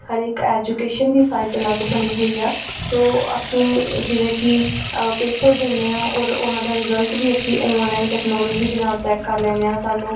ਹਰੇਕ ਐਜੂਕੇਸ਼ਨ ਦੀ ਸਾਈਟ ਅਲੱਗ ਬਣੀ ਹੋਈ ਆ ਸੋ ਅਸੀਂ ਜਿਵੇਂ ਕਿ ਪੇਪਰ ਦਿੰਦੇ ਹਾਂ ਔਰ ਉਹਨਾਂ ਦਾ ਰਿਜ਼ਲਟ ਵੀ ਅਸੀਂ ਔਨਲਾਈਨ ਟੈਕਨੋਲੋਜੀ ਦੇ ਨਾਲ ਚੈੱਕ ਕਰ ਲੈਂਦੇ ਹਾਂ ਸਾਨੂੰ